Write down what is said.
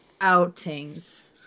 outings